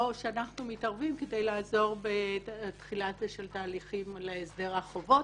או שאנחנו מתערבים כדי לעזור בתחילת תהליכים להסדר החובות,